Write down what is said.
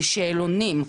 בשאלונים,